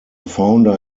founder